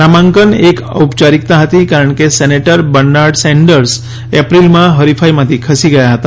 નામાંકન એક ઔપયારિકતા હતી કારણ કે સેનેટર બર્નાર્ડ સેન્ડર્સ એપ્રિલમાં હરીફાઈમાંથી ખસી ગયા હતા